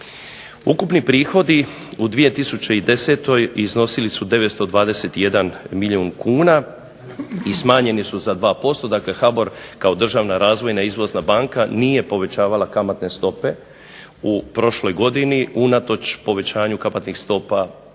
Ukupni prihodi u 2010. iznosili su 921 milijun kuna i smanjeni su za 2% Dakle HBOR kao državna razvojna izvozna banka nije povećavala kamatne stope u prošloj godini unatoč povećanju kamatnih stopa